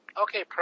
Okay